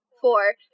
Four